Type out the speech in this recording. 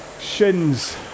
shins